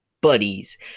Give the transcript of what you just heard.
buddies